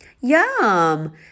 Yum